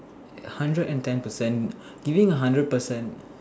hundred and ten percent giving a hundred percent